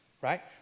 right